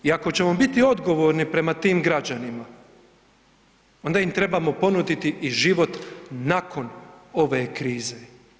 I ako ćemo biti odgovorni prema tim građanima onda im trebamo ponuditi i život nakon ove krize.